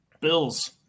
Bills